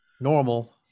normal